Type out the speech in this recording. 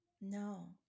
no